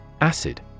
Acid